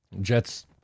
Jets